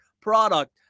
product